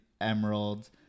emeralds